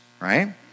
right